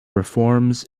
reforms